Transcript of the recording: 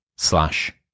slash